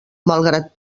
malgrat